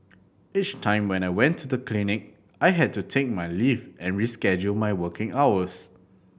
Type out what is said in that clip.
each time when I went to the clinic I had to take my leave and reschedule my working hours